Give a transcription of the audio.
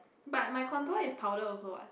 but my contour is powder also what